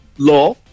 Law